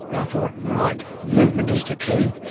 ah thought, and right, movement is the key,